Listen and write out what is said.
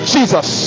Jesus